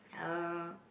uh